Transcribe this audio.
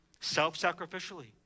Self-sacrificially